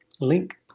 link